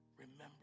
remember